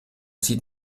sieht